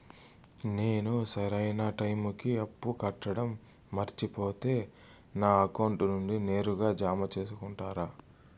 నేను సరైన టైముకి అప్పు కట్టడం మర్చిపోతే నా అకౌంట్ నుండి నేరుగా జామ సేసుకుంటారా?